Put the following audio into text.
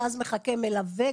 ואז מחכה מלווה.